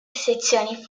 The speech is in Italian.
sezioni